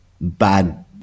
bad